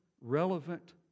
relevant